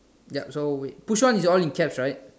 ya so wait push on is all in caps right